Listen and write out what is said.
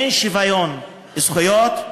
אין שוויון זכויות.